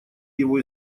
его